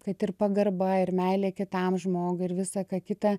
kad ir pagarba ir meilė kitam žmogui ir visa ką kita